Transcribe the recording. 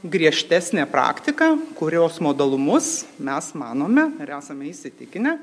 griežtesnė praktika kurios modalumus mes manome ir esame įsitikinę